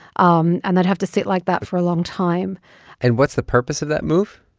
um and they'd have to sit like that for a long time and what's the purpose of that move?